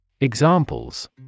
Examples